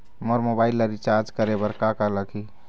मोर mobile ला recharge करे बर का का लगही?